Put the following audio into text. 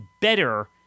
better